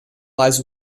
lies